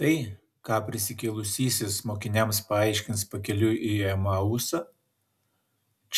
tai ką prisikėlusysis mokiniams paaiškins pakeliui į emausą